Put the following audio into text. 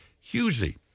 hugely